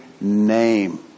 name